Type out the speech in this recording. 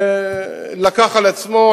שלקח על עצמו,